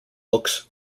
books